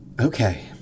Okay